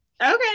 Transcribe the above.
Okay